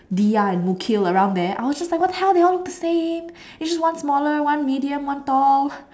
Diya and Mukil around there I was just like what the hell do they all look the same is it one smaller one medium one tall